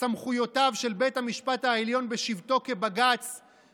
סמכויותיו של בית המשפט העליון בשבתו כבג"ץ,